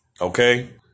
okay